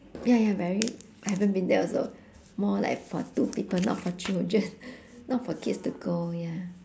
ya ya very I haven't been there also more like for two people not for children not for kids to go ya